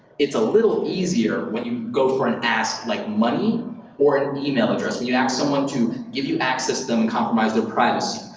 it's a little easier when you go for an ask like money or an email address. when you ask someone to give you access to them, compromise their privacy,